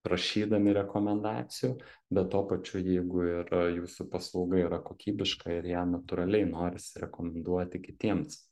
prašydami rekomendacijų bet tuo pačiu jeigu ir jūsų paslauga yra kokybiška ir ją natūraliai norisi rekomenduoti kitiems